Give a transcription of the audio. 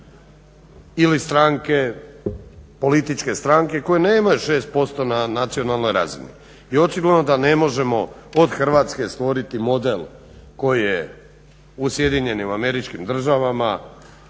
ili stranke, političke stranke koje nemaju 6% na nacionalnoj razini. I očigledno da ne možemo od Hrvatske stvoriti model koji je Sjedinjenim Američkim Državama,